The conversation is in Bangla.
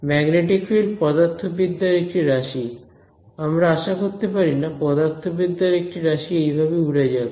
ম্যাগনেটিক ফিল্ড পদার্থবিদ্যার একটি রাশি আমরা আশা করতে পারি না পদার্থবিদ্যার একটি রাশি এইভাবে উড়ে যাবে